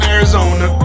Arizona